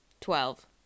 twelve